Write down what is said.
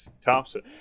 Thompson